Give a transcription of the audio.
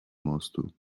mostu